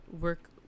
work